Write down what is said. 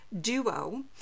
duo